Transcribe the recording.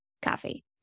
coffee